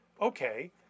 okay